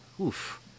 oof